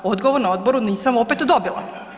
Odgovor na odboru nisam opet dobila.